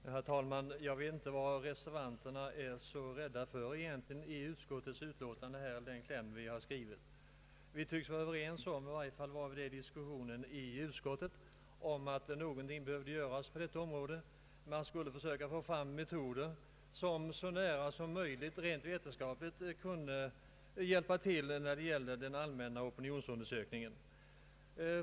Herr talman! Jag vet egentligen inte vad reservanterna är så rädda för i utskottets kläm. Vi tycks vara överens om — i varje fall var vi det under diskussionen i utskottet — att någonting bör göras på detta område. Man skulle försöka få fram metoder som rent vetenskapligt kunde hjälpa till när det gällde allmänna opinionsundersökningar.